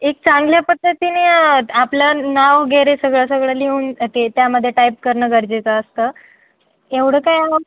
एक चांगल्या पद्धतीने आपलं नाव वगैरे सगळं सगळं लिहून ते त्यामध्ये टाईप करणं गरजेचं असतं एवढं काय